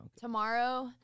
tomorrow